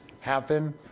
happen